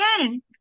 again